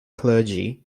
clergy